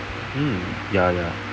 um ya ya